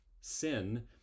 sin